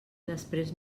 després